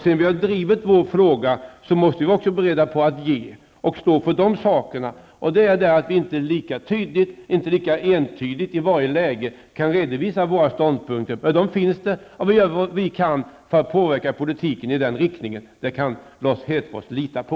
Sedan vi har drivit vår fråga måste vi också vara beredda på att ge och stå för regeringens politik. Det innebär att vi inte lika tydligt, inte lika entydigt, i varje läge kan redovisa våra ståndpunkter. Men de finns där, och vi gör vad vi kan för att påverka politiken i den riktningen. Det kan Lars Hedfors lita på.